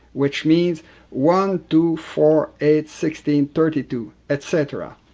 which means one, two, four, eight, sixteen, thirty two, etc.